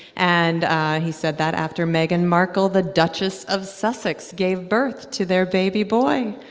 and he said that after meghan markle, the duchess of sussex, gave birth to their baby boy.